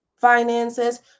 finances